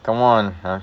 come on ah